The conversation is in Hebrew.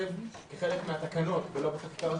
תיכתב כחלק מהתקנות, ולא בחקיקה הראשית.